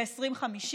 ב-2050?